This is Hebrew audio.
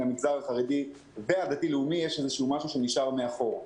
למגזר החרדי והדתי-לאומי משהו שנשאר מאחור.